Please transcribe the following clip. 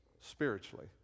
spiritually